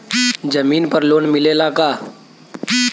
जमीन पर लोन मिलेला का?